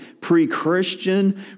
pre-Christian